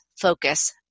focus